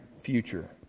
future